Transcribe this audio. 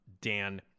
Dan